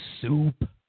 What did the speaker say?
soup